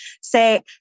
say